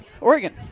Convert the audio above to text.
Oregon